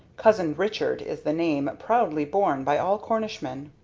cousin richard is the name proudly borne by all cornishmen.